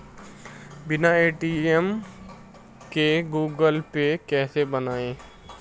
बिना ए.टी.एम के Google Pay कैसे बनायें?